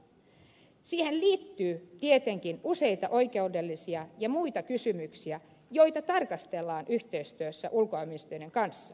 siihen liittyy tietenkin useita oikeudellisia ja muita kysymyksiä joita tarkastellaan yhteistyössä ulkoasiainministeriön kanssa